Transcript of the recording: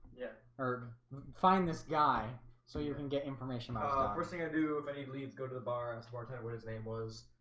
yeah find this guy so you can get information out first thing i do if any leads go to the bar and sort out what his name was?